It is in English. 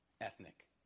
ethnic